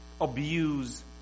abuse